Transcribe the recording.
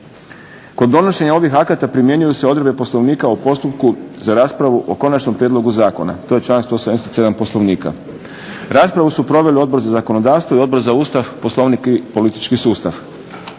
Kod donošenje ovih akata primjenjuju se odredbe Poslovnika o postupku za raspravu o konačnom prijedlogu zakona. To je članak 177. Poslovnika. Raspravu su proveli Odbor za zakonodavstvo i Odbor za Ustav, Poslovnik i politički sustav.